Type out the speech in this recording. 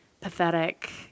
pathetic